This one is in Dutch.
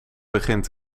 begint